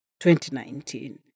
2019